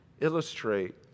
illustrate